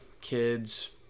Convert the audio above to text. kids